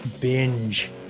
Binge